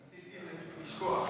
ניסיתי לשכוח.